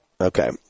okay